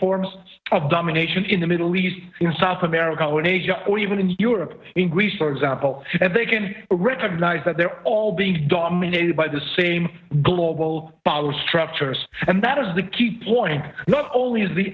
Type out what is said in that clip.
forms of domination in the middle east in south america or in asia or even in europe in greece for example and they can recognise that they're all being dominated by the same global power structures and that is the key point not only is the